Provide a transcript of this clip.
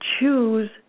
choose